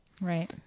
Right